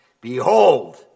Behold